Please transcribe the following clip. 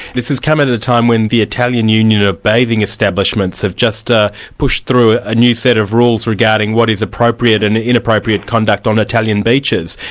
this has come at at a time when the italian union of bathing establishments have just ah pushed through ah a new set of rules regarding what is appropriate and inappropriate conduct on italian beaches.